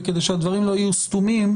וכדאי שהדברים לא יהיו סתומים,